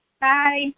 Bye